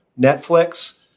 Netflix